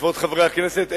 כבוד חברי הכנסת,